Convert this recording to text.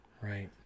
Right